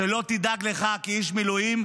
שלא תדאג לך כאיש מילואים,